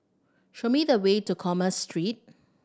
show me the way to Commerce Street